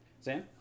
Sam